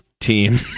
team